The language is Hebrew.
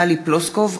טלי פלוסקוב,